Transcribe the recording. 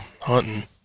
hunting